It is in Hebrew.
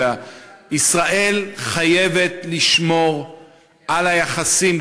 ישראל חייבת לשמור על היחסים,